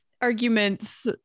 arguments